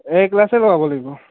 এ ক্লাছে লগাব লাগিব